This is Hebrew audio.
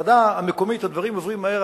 בוועדה המקומית הדברים עוברים מהר,